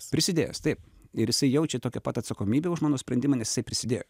prisidėjęs taip ir jisai jaučia tokią pat atsakomybę už mano sprendimą nes jisai prisidėjo